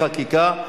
חוק הנוער (טיפול והשגחה)